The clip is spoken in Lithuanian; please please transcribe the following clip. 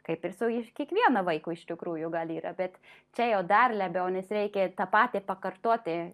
kaip ir su kiekvienu vaiku iš tikrųjų gal yra bet čia jau dar labiau nes reikia tą patį pakartoti